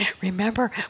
remember